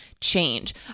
change